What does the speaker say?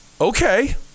okay